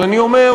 אבל אני אומר,